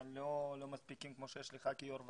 אבל לא מספיקים כמו שיש לך כיושב ראש